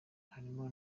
harimo